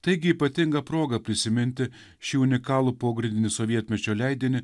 taigi ypatinga proga prisiminti šį unikalų pogrindinį sovietmečio leidinį